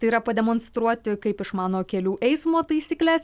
tai yra pademonstruoti kaip išmano kelių eismo taisykles